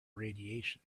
radiation